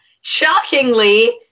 shockingly